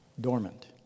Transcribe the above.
dormant